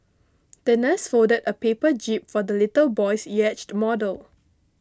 the nurse folded a paper jib for the little boy's yacht model